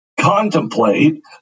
contemplate